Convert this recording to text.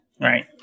right